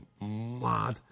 mad